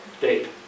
Date